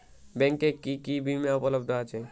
ব্যাংকে কি কি বিমা উপলব্ধ আছে?